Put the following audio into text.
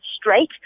straight